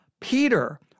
Peter